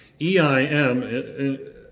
EIM